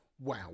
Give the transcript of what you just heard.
Wow